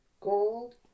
gold